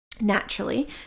naturally